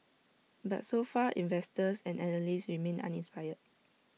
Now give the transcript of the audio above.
but so far investors and analysts remain uninspired